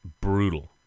brutal